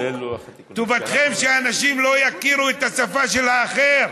טובתכם שאנשים לא יכירו את השפה של האחר,